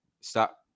Stop